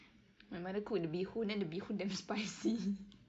my mother cooked the bee hoon and the bee hoon damn spicy